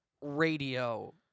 Radio